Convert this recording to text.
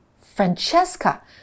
Francesca